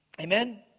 Amen